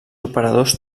operadors